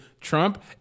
Trump